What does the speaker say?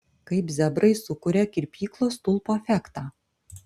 kaip zebrai sukuria kirpyklos stulpo efektą